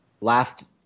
laughed